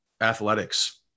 athletics